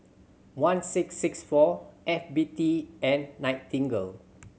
one six six four F B T and Nightingale